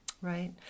Right